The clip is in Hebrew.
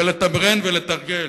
ולתמרן, ולתרגל,